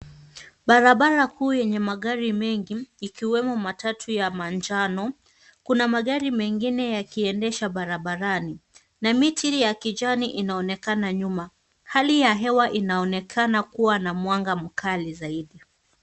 Barabara kuu yenye magari mengi ikiwemo matatu ya manjano. Kuna magari mengine yakiendesha barabarani na miti ya kichwani inaonekana nyuma hali ya hewa inaonekana kuwa na mwanga mkali zaidi.